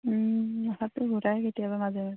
মাথাটো ঘূৰাই কেতিয়াবা মাজে মাজে